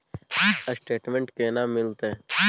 Statement केना मिलते?